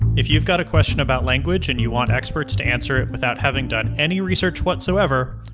if you've got a question about language, and you want experts to answer it without having done any research whatsoever,